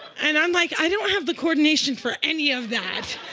and i'm like, i don't have the coordination for any of that.